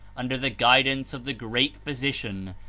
under the guidance of the great physician,